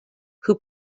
who